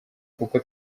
kuko